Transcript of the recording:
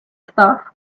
stuff